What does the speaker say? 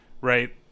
right